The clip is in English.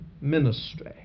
ministry